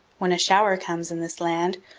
when a shower comes in this land,